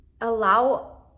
allow